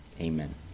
Amen